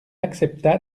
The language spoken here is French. accepta